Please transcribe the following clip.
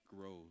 grows